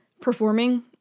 performing